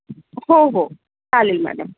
हो हो चालेल मॅडम